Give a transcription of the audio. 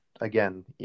again